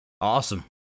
awesome